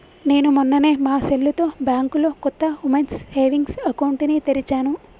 నేను మొన్ననే మా సెల్లుతో బ్యాంకులో కొత్త ఉమెన్స్ సేవింగ్స్ అకౌంట్ ని తెరిచాను